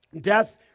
death